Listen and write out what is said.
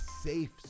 safe